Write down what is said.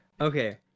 Okay